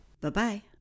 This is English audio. Bye-bye